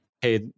hey